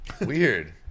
weird